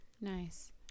Nice